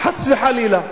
חס וחלילה.